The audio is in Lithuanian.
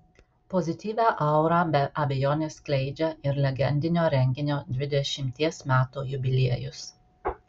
pozityvią aurą be abejonės skleidžia ir legendinio renginio dvidešimties metų jubiliejus